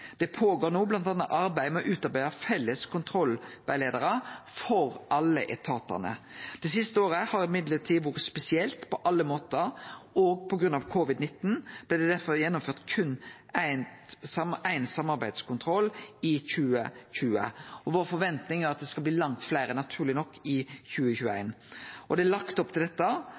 med bl.a. å utarbeide felles kontrollrettleiarar for alle etatane. Men det siste året har vore spesielt på alle måtar, og på grunn av covid-19 blei det derfor gjennomført berre ein samarbeidskontroll i 2020. Vår forventning er naturleg nok at det skal bli langt fleire i 2021. Det er lagt opp til dette,